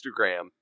Instagram